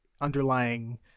underlying